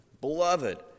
Beloved